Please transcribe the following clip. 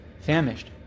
famished